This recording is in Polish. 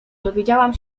dowiedziałam